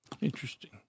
Interesting